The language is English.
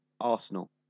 Arsenal